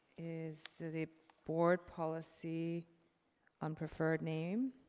is the board policy on preferred name.